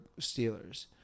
Steelers